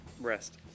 Rest